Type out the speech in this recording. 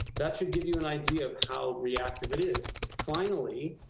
that should give you an idea of how reactive it is. finally,